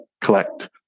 collect